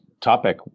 topic